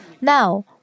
Now